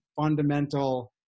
fundamental